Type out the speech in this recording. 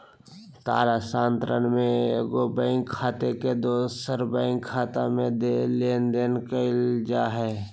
तार स्थानांतरण में एगो बैंक खाते से दूसर बैंक खाते में लेनदेन करल जा हइ